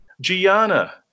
Gianna